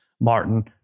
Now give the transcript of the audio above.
Martin